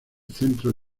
centro